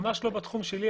לא בתחום שלי,